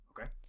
okay